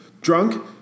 drunk